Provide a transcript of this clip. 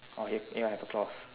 okay ya have a cloth